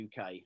uk